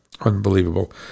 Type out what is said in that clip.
Unbelievable